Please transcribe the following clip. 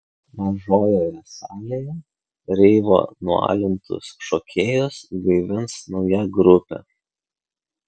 mažojoje salėje reivo nualintus šokėjus gaivins nauja grupė